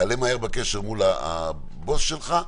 תעלה מהר בקשר מול הבוס שלך,